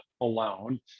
alone